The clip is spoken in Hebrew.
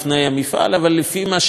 אבל לפי מה שאנחנו יודעים,